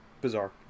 Bizarre